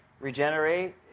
Regenerate